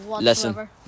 listen